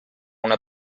una